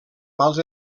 mals